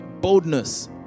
boldness